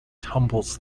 tumbles